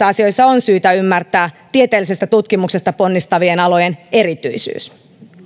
asioissa on syytä ymmärtää tieteellisestä tutkimuksesta ponnistavien alojen erityisyys